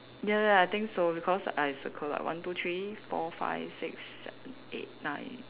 ya ya I think so because I circle like one two three four five six seven eight nine